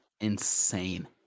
insane